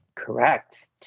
Correct